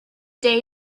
day